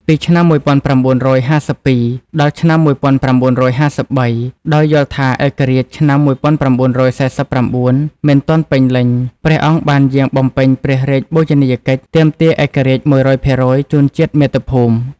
ពីឆ្នាំ១៩៥២ ដល់ឆ្នាំ១៩៥៣ ដោយយល់ថាឯករាជ្យឆ្នាំ១៩៤៩ មិនទាន់ពេញលេញ ព្រះអង្គបានយាងបំពេញព្រះរាជបូជនីយកិច្ចទាមទារឯករាជ្យ ១០០% ជូនជាតិមាតុភូមិ។